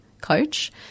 coach